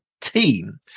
team